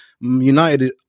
United